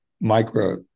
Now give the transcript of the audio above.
micro